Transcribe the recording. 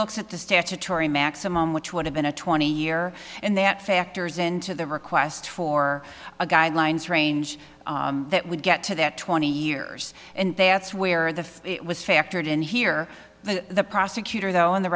looks at the statutory maximum which would have been a twenty year and that factors into the request for a guidelines range that would get to that twenty years and that's where the it was factored in here the prosecutor though on the